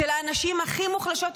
של האנשים הכי מוחלשות ומוחלשים,